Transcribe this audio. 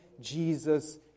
Jesus